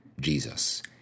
Jesus